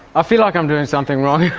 i feel like i'm doing something wrong.